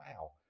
wow